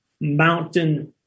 mountain